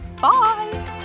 Bye